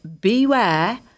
beware